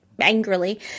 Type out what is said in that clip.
angrily